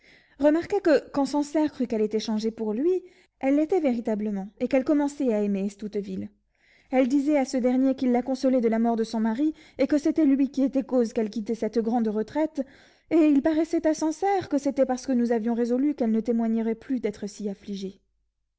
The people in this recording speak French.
remarquez que quand sancerre crut qu'elle était changée pour lui elle l'était véritablement et qu'elle commençait à aimer estouteville elle disait à ce dernier qu'il la consolait de la mort de son mari et que c'était lui qui était cause qu'elle quittait cette grande retraite et il paraissait à sancerre que c'était parce que nous avions résolu qu'elle ne témoignerait plus d'être si affligée